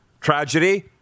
tragedy